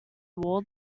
wore